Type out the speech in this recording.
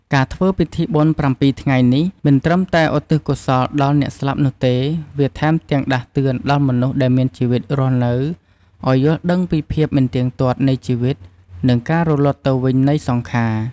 ការធ្វើពិធីបុណ្យប្រាំពីរថ្ងៃនេះ មិនត្រឹមតែឧទ្ទិសកុសលដល់អ្នកស្លាប់នោះទេ វាថែមទាំងដាស់តឿនដល់មនុស្សដែលមានជីវិតនៅរស់ឲ្យយល់ដឹងពីភាពមិនទៀងទាត់នៃជីវិត និង ការរលត់ទៅវិញនៃសង្ខារ។